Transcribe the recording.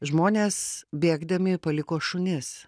žmonės bėgdami paliko šunis